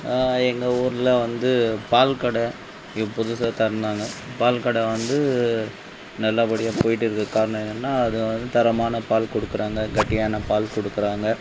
எங்கள் ஊரில் வந்து பால் கடை இப்போ புதுசாக திறந்தாங்க பால் கடை வந்து நல்லப்படியாக போயிட்டு இருக்க காரணம் என்னன்னால் அது வந்து தரமான பால் கொடுக்குறாங்க கெட்டியான பால் கொடுக்குறாங்க